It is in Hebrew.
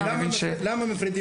למה מפרידים אותנו?